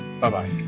Bye-bye